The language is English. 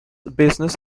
business